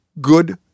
good